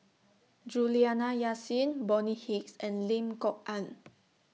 Juliana Yasin Bonny Hicks and Lim Kok Ann